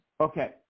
Okay